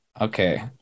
Okay